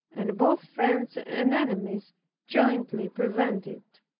and both friends and enemies jointly prevented